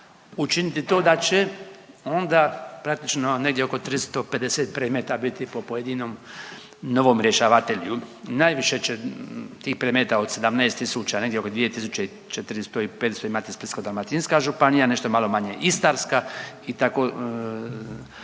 učiniti to da će onda praktično negdje oko 350 predmeta biti po pojedinom novom rješavatelju. Najviše će tih predmeta od 17 tisuća negdje oko 2.400 i 500 imati Splitsko-dalmatinska županija, nešto malo manje Istarska i tako